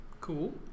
Cool